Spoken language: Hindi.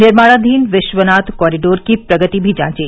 निर्माणाधीन विश्वनाथ कॉरिडोर की प्रगति भी जांची